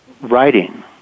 Writing